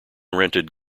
rented